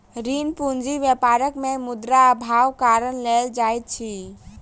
ऋण पूंजी व्यापार मे मुद्रा अभावक कारण लेल जाइत अछि